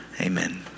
Amen